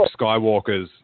Skywalkers